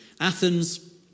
Athens